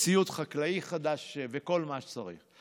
ציוד חקלאי חדש וכל מה שצריך.